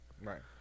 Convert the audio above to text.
Right